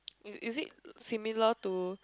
is is it similar to